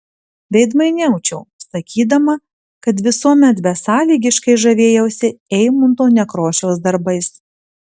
veidmainiaučiau sakydama kad visuomet besąlygiškai žavėjausi eimunto nekrošiaus darbais